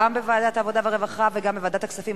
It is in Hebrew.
בוועדת העבודה והרווחה וגם בוועדת הכספים.